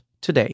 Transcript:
today